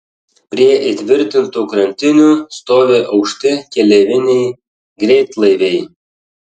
prie įtvirtintų krantinių stovi aukšti keleiviniai greitlaiviai